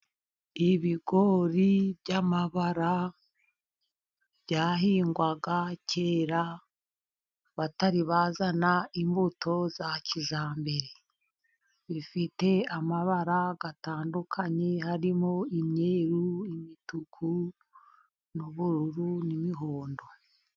Ibigori by'amabara byahingwaga kera batari bazana imbuto za kizambere, bifite amabara atandukanye, harimo imyeru, imituku, n'ubururu, n'imihondo.